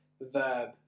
verb